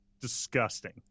disgusting